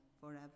forever